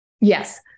Yes